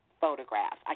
photographs